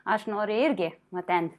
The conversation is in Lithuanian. aš noriu irgi nu ten